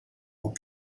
ont